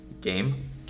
game